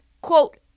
quote